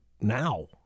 now